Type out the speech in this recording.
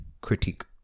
critique